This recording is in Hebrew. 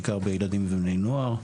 בעיקר בילדים ובני נוער.